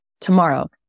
tomorrow